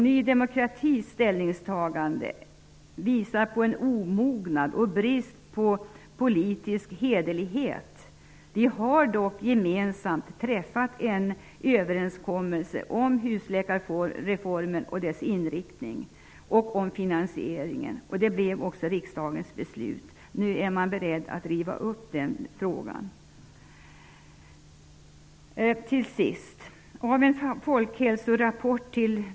Ny demokratis ställningstagande visar på en omognad och brist på politisk hederlighet. Det har gemensamt träffats en överenskommelse om husläkarreformen och dess inriktning och finansiering, och riksdagen fattade också ett beslut. Nu är man beredd att riva upp det beslutet.